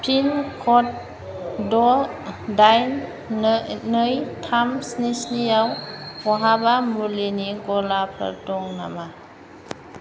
पिनक'ड द' दाइन नै थाम स्नि स्निआव बहाबा मुलिनि गलाफोर दं नामा